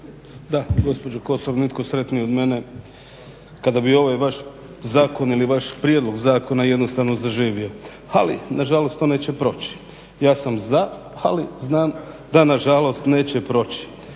Da, gospođo Kosor nitko sretniji od mene kada bi ovaj vaš prijedlog zakona jednostavno zaživio, ali nažalost to neće proći. Ja sam za, ali znam da nažalost neće proći.